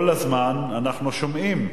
כל הזמן אנחנו שומעים